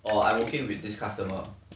or I'm okay with this customer